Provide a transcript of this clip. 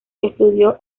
estudió